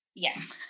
Yes